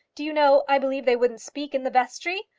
do you know, i believe they wouldn't speak in the vestry!